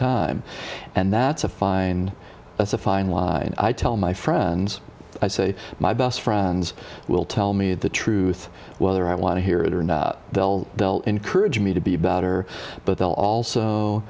time and that's a fine it's a fine line and i tell my friends i say my best friends will tell me the truth whether i want to hear it or not they'll they'll encourage me to be better but they'll